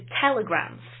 telegrams